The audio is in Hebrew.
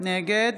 נגד